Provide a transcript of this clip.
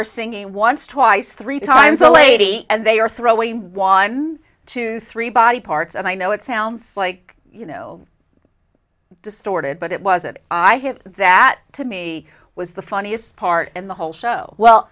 are singing once twice three times a lady and they are throwing one two three body parts and i know it sounds like you know distorted but it was it i have that to me was the funniest part in the whole show well